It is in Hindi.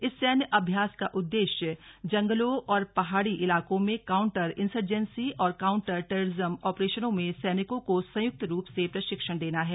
इस सैन्य अभ्यास का उद्देश्य जंगलों और पहाड़ी इलाकों में काउन्टर इंसरजेंसी और काउन्टर टेररिज्म ऑपरेशनों में सैनिकों को संयुक्त रूप से प्रशिक्षण देना है